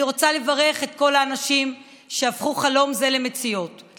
אני רוצה לברך את כל האנשים שהפכו חלום זה למציאות,